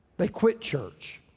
they quit church,